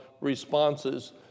responses